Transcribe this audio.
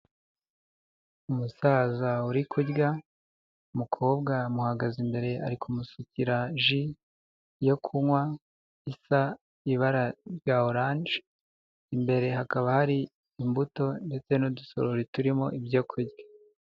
Umusaza uri kurya, umukobwa amuhagaze imbere ari kumusukira ji yo kunywa isa ibara rya oranje, imbere hakaba hari imbuto ndetse n'udusorori turimo ibyo kurya.